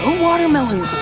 watermelon